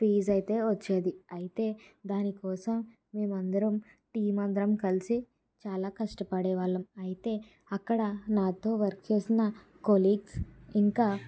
fees అయితే వచ్చేది అయితే దాని కోసం మేము అందరం టీమ్ అందరం కలిసి చాలా కష్టపడేవాళ్లం అయితే అక్కడ నాతో వర్క్ చేసిన కోలిగ్స్ ఇంకా